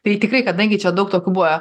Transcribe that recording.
tai tikrai kadangi čia daug tokių buvę